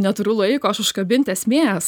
neturiu laiko aš užkabint esmės